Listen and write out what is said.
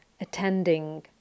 attending